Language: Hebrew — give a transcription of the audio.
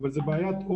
רובם נדבקים בקהילה.